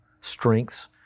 strengths